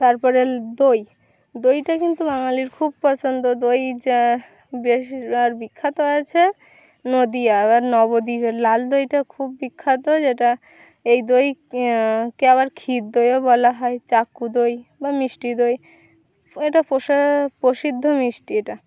তারপরেের দই দইটা কিন্তু বাঙালির খুব পছন্দ দই যা বেশির আর বিখ্যাত আছে নদীয়া আবার নবদীপের লাল দইটা খুব বিখ্যাত যেটা এই দই ক আবার ক্ষির দইও বলা হয় চাকু দই বা মিষ্টি দই এটা পোষা প্রসিদ্ধ মিষ্টি এটা